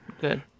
good